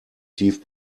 tief